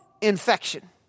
infection